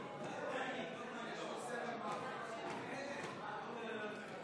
הסתייגות 3 לא נתקבלה.